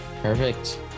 Perfect